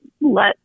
let